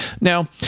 now